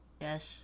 Yes